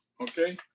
Okay